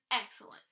excellent